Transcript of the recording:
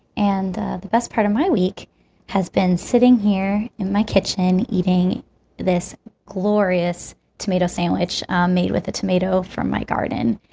and the best part of my week has been sitting here, in my kitchen, eating this glorious tomato sandwich made with a tomato from my garden.